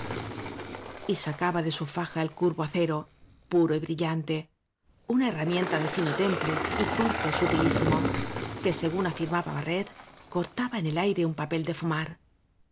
hanegadas y sacaba de su faja el curvo acero puro y brillante una herramienta de fino temple y corte sutilísimo que según afirmaba barret cortaba en el aire un papel de fumar